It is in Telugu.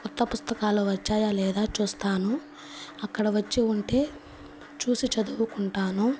కొత్త పుస్తకాలు వచ్చాయా లేదా చూస్తాను అక్కడ వచ్చి ఉంటే చూసి చదువుకుంటాను